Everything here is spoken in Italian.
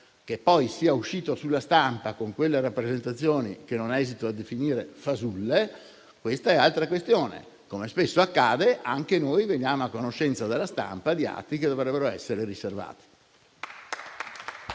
Che poi sia uscito sulla stampa, con quelle rappresentazioni che non esito a definire fasulle, è un'altra questione. Come spesso accade, anche noi veniamo a conoscenza dalla stampa di atti che dovrebbero essere riservati.